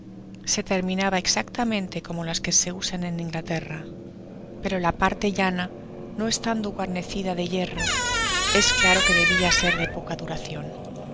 se terminaba exactamente como las que se usan en inglaterra pero la parte llana no estando guarnecida de hierro es claro que debia ser de poca duracion